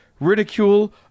ridicule